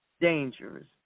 dangerous